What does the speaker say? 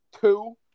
Two